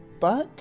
back